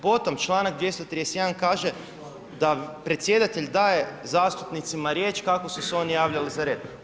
Potom čl. 231. kaže da predsjedatelj daje zastupnicima riječ kako su se oni javljali za riječ.